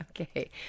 Okay